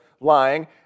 lying